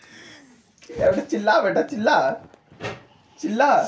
अर्थशास्त्रियों ने यह बताया कि भारतीय रुपयों का लगातार अवमूल्यन हो रहा है